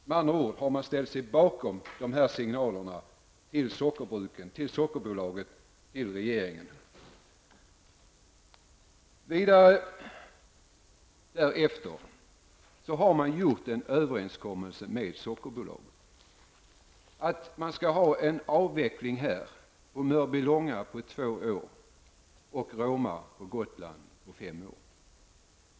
Med andra ord har man ställt sig bakom dessa signaler till sockerbruken, till Sockerbolaget och till regeringen. Vidare har man gjort en överenskommelse med Sockerbolaget om att det skall ske en avveckling vid sockerbruket i Mörbylånga under två år och vid Roma sockerbruk på Gotland under fem år.